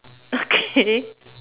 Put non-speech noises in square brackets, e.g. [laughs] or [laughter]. okay [laughs]